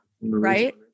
Right